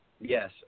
Yes